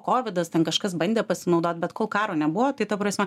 kovidas ten kažkas bandė pasinaudot bet kol karo nebuvo tai ta prasme